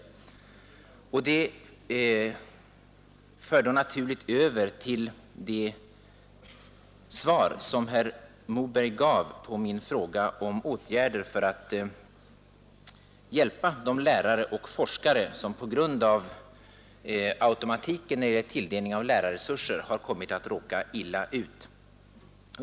Det konstaterandet för då naturligt över till det svar som herr Moberg gav på min fråga om åtgärder för att hjälpa de lärare och forskare som på grund av automatiken i tilldelningen av lärarresurser har kommit att råka illa ut.